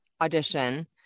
audition